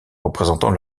représentant